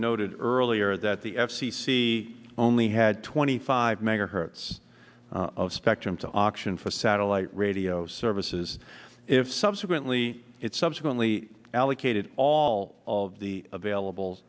noted earlier that the f c c only had twenty five megahertz of spectrum to auction for satellite radio services if subsequently it subsequently allocated all of the available